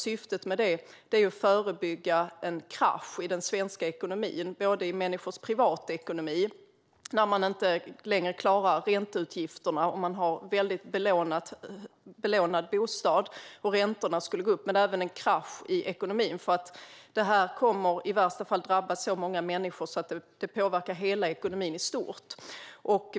Syftet med det är att förebygga en krasch i människors privatekonomi när man inte längre klarar ränteutgifterna, om man har en högt belånad bostad och räntorna går upp. Men det förebygger även en krasch i den svenska ekonomin, för det skulle i värsta fall kunna drabba så många människor att det påverkar hela ekonomin i stort.